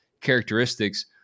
characteristics